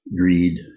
greed